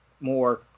more